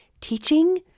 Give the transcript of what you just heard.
teaching